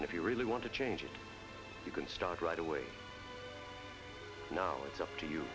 and if you really want to change it you can start right away now it's up to you